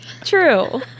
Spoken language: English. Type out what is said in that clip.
true